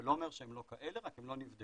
זה לא אומר שהם לא כאלה, רק הם לא נבדקו.